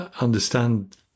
understand